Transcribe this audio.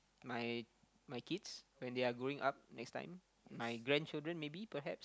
my my kids when they're growing up next time my grandchildren maybe perhaps